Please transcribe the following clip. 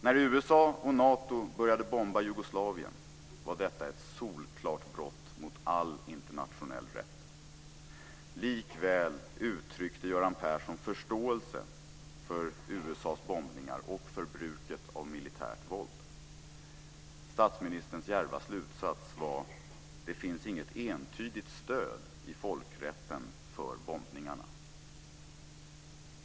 När USA och Nato började bomba Jugoslavien var detta ett solklart brott mot all internationell rätt. Likväl uttryckte Göran Persson förståelse för USA:s bombningar och för bruket av militärt våld. Statsministerns djärva slutsats var att det inte finns något entydigt stöd i folkrätten för bombningarna.